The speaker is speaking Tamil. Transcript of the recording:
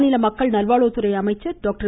மாநில மக்கள் நல்வாழ்வுத்துறை அமைச்சர் டாக்டர்